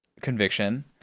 conviction